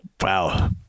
wow